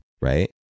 right